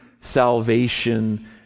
salvation